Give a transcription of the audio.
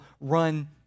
run